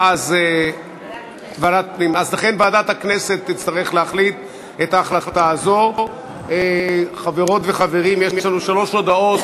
אז קודם כול תוצאות ההצבעה: 39 בעד,